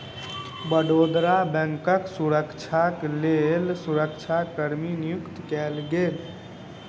बड़ौदा बैंकक सुरक्षाक लेल सुरक्षा कर्मी नियुक्त कएल गेल